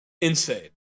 Insane